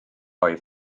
oedd